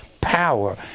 power